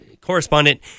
correspondent